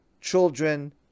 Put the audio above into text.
children